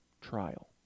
trial